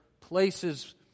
places